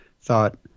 thought